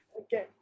Okay